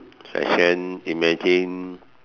fashion imagine